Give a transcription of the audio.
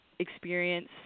Experience